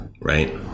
right